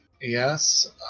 Yes